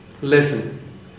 Listen